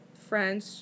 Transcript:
French